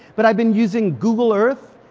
but i've been using google earth.